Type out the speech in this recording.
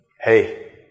Hey